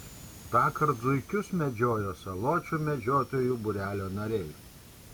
tąkart zuikius medžiojo saločių medžiotojų būrelio nariai